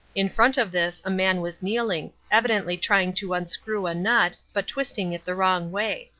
in front of this a man was kneeling, evidently trying to unscrew a nut, but twisting it the wrong way.